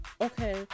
Okay